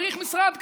צריך משרד כזה.